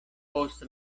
post